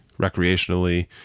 recreationally